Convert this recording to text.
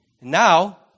Now